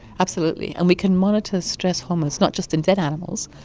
absolutely, and we can monitor stress hormones not just in dead animals,